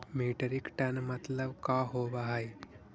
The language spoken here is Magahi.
मीट्रिक टन मतलब का होव हइ?